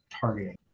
targeting